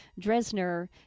Dresner